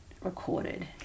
recorded